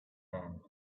hand